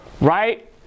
right